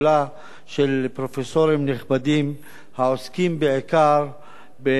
פרופסורים נכבדים העוסקים בעיקר במחקר.